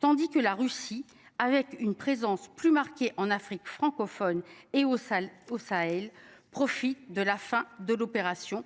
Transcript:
tandis que la Russie, avec une présence plus marquée en Afrique francophone et au salles pour ça elle profite de la fin de l'opération